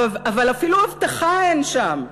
אבל אפילו הבטחה אין שם,